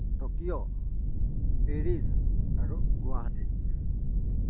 Tokyo Paris আৰু গুৱাহাটী